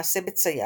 מעשה בצייר,